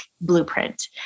blueprint